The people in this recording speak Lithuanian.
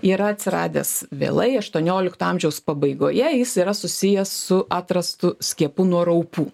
yra atsiradęs vėlai aštuoniolikto amžiaus pabaigoje jis yra susijęs su atrastu skiepu nuo raupų